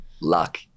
Luck